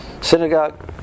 synagogue